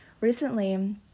recently